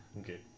Okay